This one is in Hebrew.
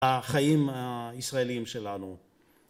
החיים הישראליים שלנו...